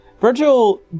Virgil